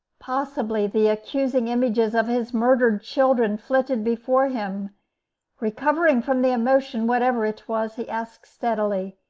possibly the accusing images of his murdered children flitted before him recovering from the emotion, whatever it was, he asked, steadily,